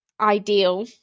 ideal